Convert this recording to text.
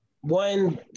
one